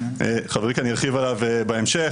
חברי כאן ירחיב עליו בהמשך,